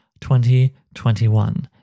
2021